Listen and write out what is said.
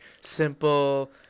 simple